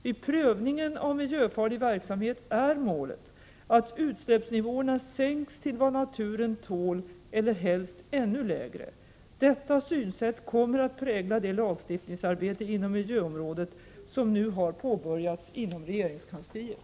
Vid prövningen av miljöfarlig verksamhet är målet att utsläppsnivåerna sänks till vad naturen tål eller helst ännu lägre. Detta synsätt kommer att prägla det lagstiftningsarbete inom miljöområdet som nu har påbörjats inom regeringskansliet.